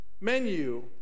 menu